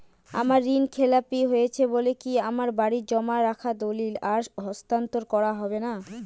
আমার ঋণ খেলাপি হয়েছে বলে কি আমার বাড়ির জমা রাখা দলিল আর হস্তান্তর করা হবে না?